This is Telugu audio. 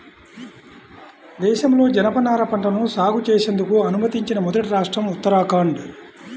దేశంలో జనపనార పంటను సాగు చేసేందుకు అనుమతించిన మొదటి రాష్ట్రం ఉత్తరాఖండ్